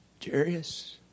Jarius